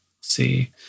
see